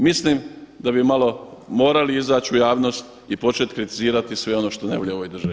Mislim da bi malo morali izaći u javnost i početi kritizirati sve ono što ne valja u ovoj državi.